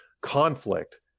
conflict